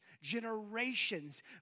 generations